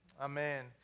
Amen